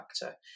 factor